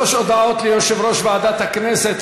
שלוש הודעות ליושב-ראש ועדת הכנסת,